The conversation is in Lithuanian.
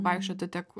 vaikščioti tiek